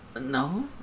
No